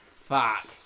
Fuck